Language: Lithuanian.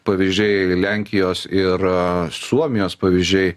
pavyzdžiai lenkijos ir suomijos pavyzdžiai